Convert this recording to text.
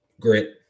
grit